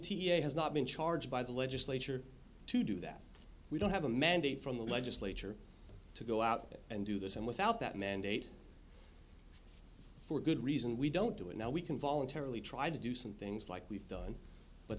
a has not been charged by the legislature to do that we don't have a mandate from the legislature to go out there and do this and without that mandate for good reason we don't do it now we can voluntarily try to do some things like we've done but